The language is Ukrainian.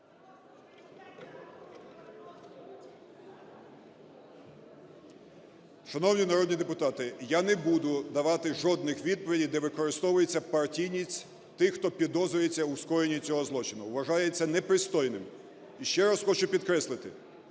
Шановні народні депутати, я не буду давати жодних відповідей, де використовується партійність тих, хто підозрюється у скоєнні цього злочину. Вважаю це непристойним. І ще раз хочу підкреслити,